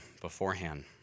beforehand